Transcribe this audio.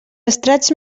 estrats